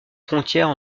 frontières